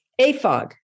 AFOG